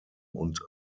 und